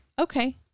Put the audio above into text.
Okay